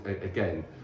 again